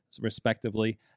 respectively